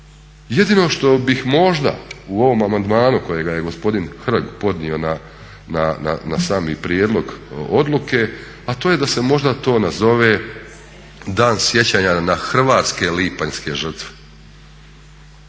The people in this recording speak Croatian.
Jedino što bih možda u ovom amandmanu kojega je gospodin Hrg podnio na sami prijedlog odluke, a to je da se možda to nazove Dan sjećanja na hrvatske lipanjske žrtve.